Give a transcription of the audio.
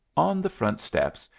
on the front steps,